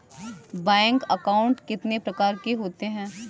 Bank account कितने प्रकार के होते हैं?